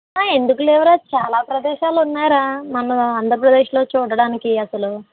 ఎందుకు లేవురా చాలా ప్రదేశాలున్నాయిరా మన ఆంధ్రప్రదేశ్లో చూడడానికి అసలు